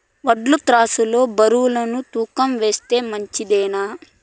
వడ్లు త్రాసు లో బరువును తూకం వేస్తే మంచిదేనా?